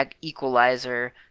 equalizer